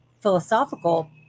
philosophical